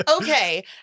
okay